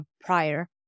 prior